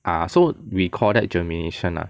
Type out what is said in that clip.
ah so we call that germination lah